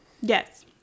Yes